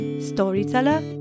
storyteller